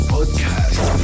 Podcast